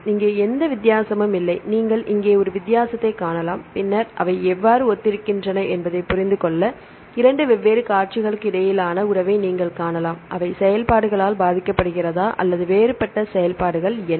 இங்கே எந்த வித்தியாசமும் இல்லை நீங்கள் இங்கே ஒரு வித்தியாசத்தைக் காணலாம் பின்னர் அவை எவ்வாறு ஒத்திருக்கின்றன என்பதைப் புரிந்துகொள்ள இரண்டு வெவ்வேறு காட்சிகளுக்கு இடையிலான உறவை நீங்கள் காணலாம் அவை செயல்பாடுகளால் பாதிக்கப்படுகிறதா மற்றும் வேறுபட்ட செயல்பாடுகள் என்ன